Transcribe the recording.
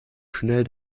schnell